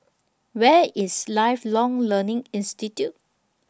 Where IS Lifelong Learning Institute